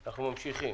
ממשיכים.